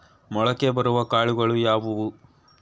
ಮೊಳಕೆ ಬರುವ ಕಾಳುಗಳು ಯಾವುವು?